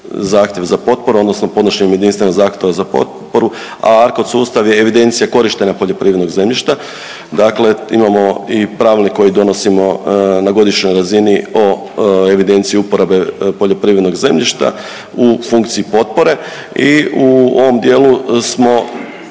zahtjev za potporu, odnosno podnošenjem jedinstvenog zahtjeva za potporu, a ARKOD sustav je evidencija korištenja poljoprivrednog zemljišta. Dakle, imamo i pravilnik koji donosimo na godišnjoj razini o evidenciji uporabe poljoprivrednog zemljišta u funkciji potpore. I u ovom dijelu smo